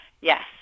Yes